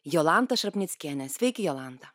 jolantą šarpnickienę sveiki jolanta